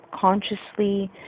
consciously